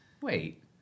wait